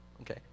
Okay